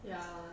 ya